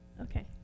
Okay